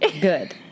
Good